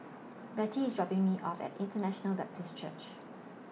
Bettye IS dropping Me off At International Baptist Church